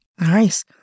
Nice